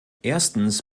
erstens